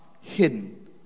hidden